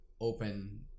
open